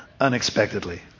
unexpectedly